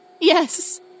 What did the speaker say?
Yes